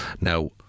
now